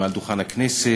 מעל דוכן הכנסת,